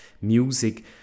music